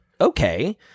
okay